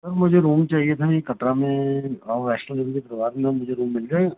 sir मुझे room चाहिए था एक कटरा में मां बेष्णो देवी के दरबार में मुझे रूम मिल जाएगा